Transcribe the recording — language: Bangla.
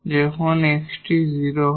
যখন এই xটি 0 হয়